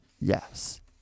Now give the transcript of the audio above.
yes